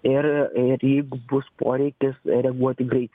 ir ir jeigu bus poreikis reaguoti greit